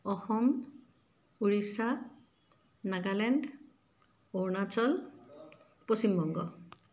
Assam Orissa Nagaland Arunachal Paschim Banga